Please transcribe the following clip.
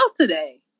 today